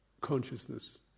consciousness